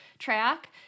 track